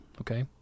okay